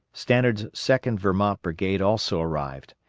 stannard's second vermont brigade also arrived,